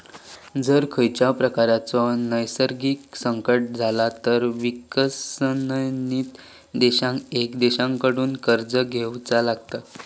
जर खंयच्याव प्रकारचा नैसर्गिक संकट इला तर विकसनशील देशांका इतर देशांकडसून कर्ज घेवचा लागता